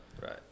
Right